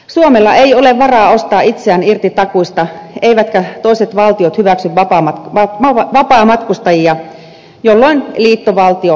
suomella ei ole varaa ostaa itseään irti takuista eivätkä toiset valtiot hyväksy vapaamatkustajia jolloin liittovaltio on suora jatke